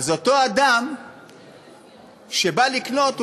אז אותו אדם שבא לקנות,